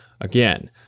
again